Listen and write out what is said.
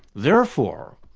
therefore,